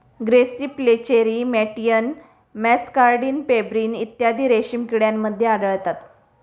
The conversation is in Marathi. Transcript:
ग्रेसी फ्लेचेरी मॅटियन मॅसकार्डिन पेब्रिन इत्यादी रेशीम किड्यांमध्ये आढळतात